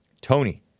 Tony